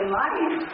life